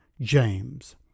James